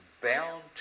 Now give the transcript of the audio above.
bound